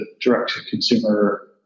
direct-to-consumer